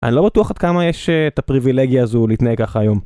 אני לא בטוח עד כמה יש את הפריבילגיה הזו להתנהג ככה היום.